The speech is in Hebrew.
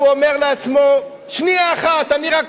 כולל חבר הכנסת דואן, אין נמנעים.